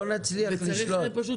לא נצליח לשלוט.